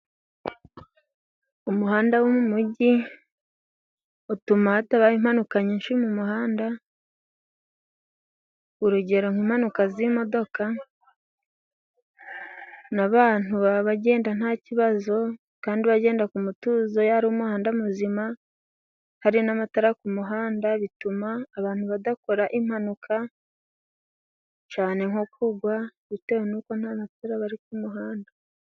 Umuhanda wo mu mujyi utuma hatabaho impanuka nyinshi mu muhanda, urugero nk'impanuka z'imodoka, n'abantu baba bagenda nta kibazo, kandi bagenda ku mutuzo iyo ari umuhanda muzima hari n'amatara ku muhanda, bituma abantu badakora impanuka cyane nko kugwa gutewe n'uko nta matara aba ari ku muhanda.